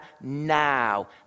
now